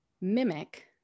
mimic